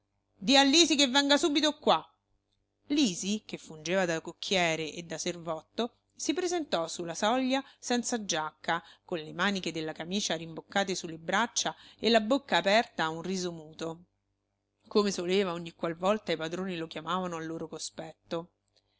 lisi che venga subito qua lisi che fungeva da cocchiere e da servotto si presentò su la soglia senza giacca con le maniche della camicia rimboccate su le braccia e la bocca aperta a un riso muto come soleva ogni qual volta i padroni lo chiamavano al loro cospetto